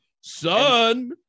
Son